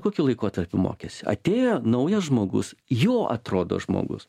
kokiu laikotarpiu mokėsi atėjo naujas žmogus jo atrodo žmogus